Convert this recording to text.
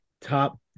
top